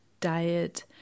diet